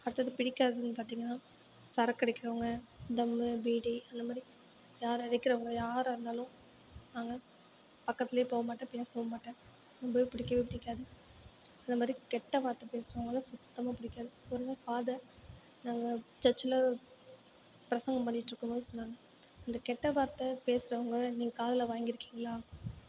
அடுத்தது பிடிக்காததுனு பார்த்திங்கன்னா சரக்கு அடிக்கிறவங்க தம்மு பீடி அந்தமாதிரி யார் அடிக்கிறவங்க யாராக இருந்தாலும் நாங்கள் பக்கத்திலேயே போக மாட்டேன் பேசவும் மாட்டேன் ரொம்பவே பிடிக்கவே பிடிக்காது அதை மாதிரி கெட்ட வார்த்தை பேசுகிறவங்கள சுத்தமாக பிடிக்காது ஒரு நாள் ஃபாதர் நாங்கள் சர்ச்சில் பிரசங்கம் பண்ணிட்டுருக்கும் போது சொன்னாங்க இந்த கெட்ட வார்த்தை பேசுகிறவங்க நீங்கள் காதில் வாங்கியிருக்கீங்களா